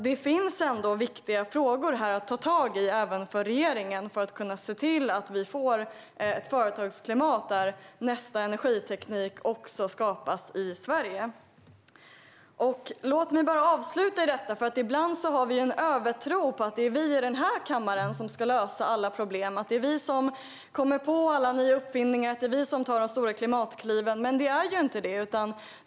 Det finns ändå viktiga frågor att ta tag i även för regeringen för att kunna se till att vi får ett företagsklimat där nästa energiteknik skapas i Sverige. Låt mig avsluta med att säga att vi ibland har en övertro på att det är vi i den här kammaren som ska lösa alla problem, att det är vi som kommer på alla nya uppfinningar och att det är vi som tar de stora klimatkliven. Det är inte det.